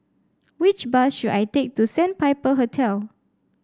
which bus should I take to Sandpiper Hotel